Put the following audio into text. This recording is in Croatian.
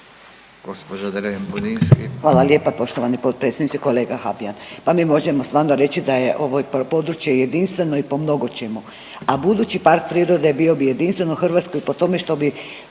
Hvala lijepo poštovani potpredsjedniče. Kolega Habijan, pa mi možemo stvarno reći da je ovo područje jedinstveno i po mnogo čemu, a budući park prirode bio bi jedinstven u Hrvatskoj po tome što bi